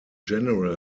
general